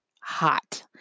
hot